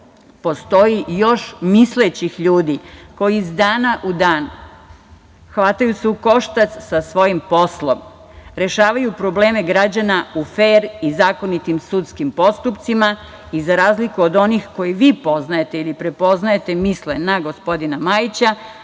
postoji još mislećih ljudi koji iz dana u dan hvataju se u koštac sa svojim poslom, rešavaju probleme građana u fer i zakonitim sudskim postupcima i za razliku od onih koje vi poznajete ili prepoznajete, misle na gospodina Majića,